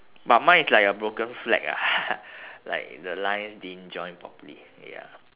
but mine is like a broken flag ah like the lines didn't join properly ya